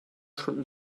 stunden